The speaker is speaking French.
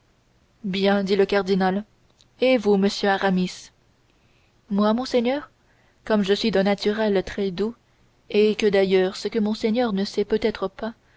bien dit le cardinal et vous monsieur aramis moi monseigneur comme je suis d'un naturel très doux et que d'ailleurs ce que monseigneur ne sait peut-être pas